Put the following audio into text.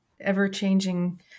ever-changing